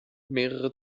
mehrere